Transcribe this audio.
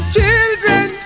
children